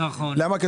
למה?